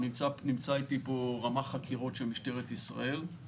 נמצא אתי פה רמ"ח חקירות של משטרת ישראל,